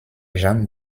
jeanne